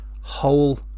whole